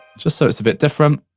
just so it's a bit different.